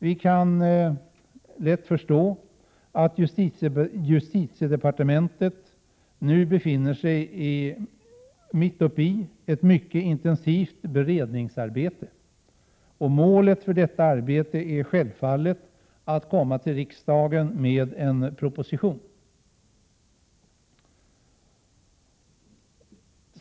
Vi kan lätt inse att justitiedepartementet nu befinner sig mitt uppe i ett mycket intensivt beredningsarbete. Målet för detta arbete är självfallet att komma till riksdagen med en proposition.